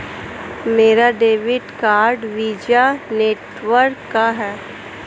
मेरा debit card Visa network का है